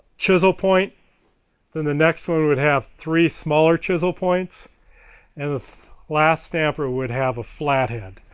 chisel point, then the next one would have three smaller chisel points and the last stamper would have a flathead.